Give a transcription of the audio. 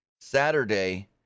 Saturday